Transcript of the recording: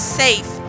safe